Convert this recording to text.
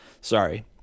sorry